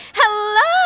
hello